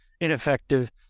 ineffective